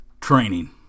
training